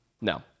No